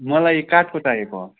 मलाई काठको चाहिएको हो